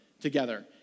together